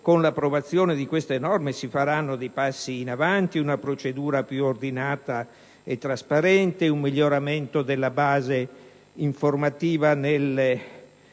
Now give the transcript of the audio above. con l'approvazione di queste norme si faranno dei passi in avanti: vi saranno una procedura più ordinata e trasparente, un miglioramento della base informativa nelle